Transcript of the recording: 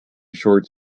shorts